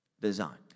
design